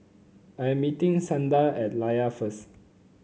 I'm meeting Santa at Layar first